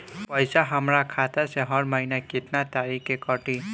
पैसा हमरा खाता से हर महीना केतना तारीक के कटी?